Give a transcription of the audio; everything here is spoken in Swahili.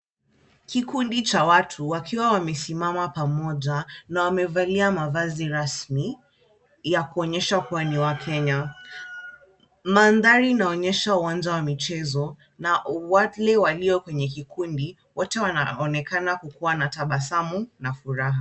Kikundi cha watu wakiwa wamesimama pamoja na wamevalia mavazi rasmi ya kuonyesha kuwa ni wakenya. Mandhari inaonyesha uwanja wa michezo na watu walio kwenye kikundi, wote wanaonekana kukuwa na tabasamu na furaha.